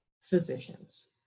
physicians